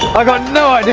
i got no